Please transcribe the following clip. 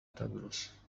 تدرس